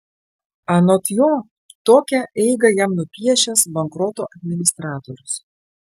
anot jo tokią eigą jam nupiešęs bankroto administratorius